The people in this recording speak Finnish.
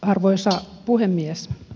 arvoisa puhemies